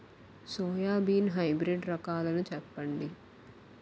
Soybean hybrid రకాలను చెప్పండి?